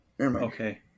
okay